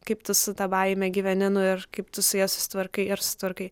kaip tu su ta baime gyveni ar kaip tu su ja susitvarkai ir sutvarkai